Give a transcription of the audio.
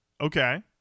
Okay